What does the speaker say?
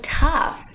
tough